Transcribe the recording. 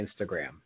Instagram